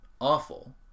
awful